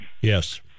Yes